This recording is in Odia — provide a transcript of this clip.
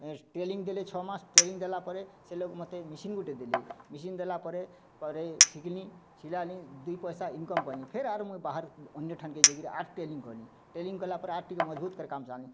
ଟ୍ରେନିଂ ଦେଲେ ଛଅ ମାସ୍ ଟ୍ରେନିଂ ଦେଲା ପରେ ସେ ଲୋକ ମୋତେ ମେସିନ୍ ଗୋଟେ ଦେଲେ ମେସିନ୍ ଦେଲା ପରେ ପରେ ଶିଖିନି ସିଲାଲି ଦି ପଇସା ଇନ୍କମ୍ କଲି ଫେର୍ ଆର୍ ମୁଁ ବାହାର ଅନ୍ୟ ଠାନେକେ ଯାଇ କିରି ଆର୍ ଟ୍ରେନିଂ କଲି ଟ୍ରେନିଂ କଲା ପରେ ଆର୍ ଟିକେ ମଜଭୁତ୍ କରି କାମ ଜାଣିଲି